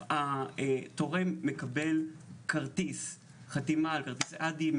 ואני חייבת להגיד שהדיון הזה שכנע אותי לחתום על כרטיס אד"י.